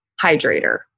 hydrator